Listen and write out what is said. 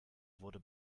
wurde